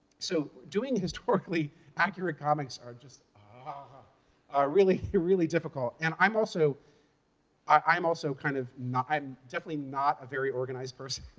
so doing historically accurate comics are just ah really, really difficult. and i'm also i'm also kind of not i'm definitely not a very organized person.